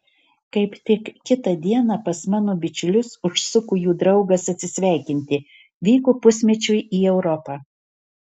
kaip tik kitą dieną pas mano bičiulius užsuko jų draugas atsisveikinti vyko pusmečiui į europą